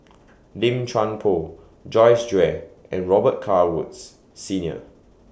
Lim Chuan Poh Joyce Jue and Robet Carr Woods Senior